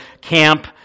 camp